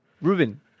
ruben